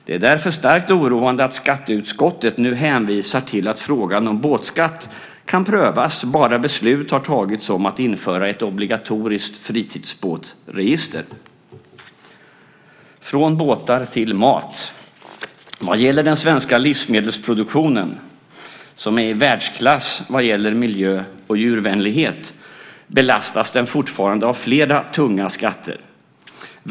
Det är därför starkt oroande att skatteutskottet nu hänvisar till att frågan om båtskatt kan prövas bara beslut har fattats om att införa ett obligatoriskt fritidsbåtsregister. Låt mig gå över från båtar till mat. Den svenska livsmedelsproduktionen, som är i världsklass vad gäller miljö och djurvänlighet, belastas fortfarande av flera tunga skatter.